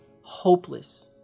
hopeless